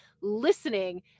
listening